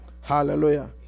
hallelujah